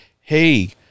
hey